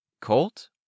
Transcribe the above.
Colt